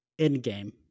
Endgame